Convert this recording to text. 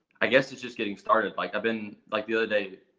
i guess, to just getting started. like i've been like the other day,